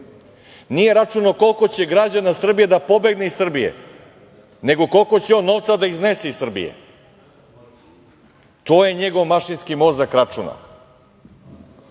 Nije računao koliko će građana Srbije da pobegne iz Srbije, nego koliko će on novca da iznese iz Srbije. To je njegov mašinski mozak računao.